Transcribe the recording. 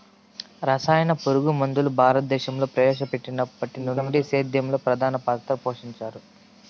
రసాయన పురుగుమందులు భారతదేశంలో ప్రవేశపెట్టినప్పటి నుండి సేద్యంలో ప్రధాన పాత్ర పోషించాయి